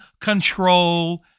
control